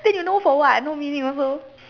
then you know for what no meaning also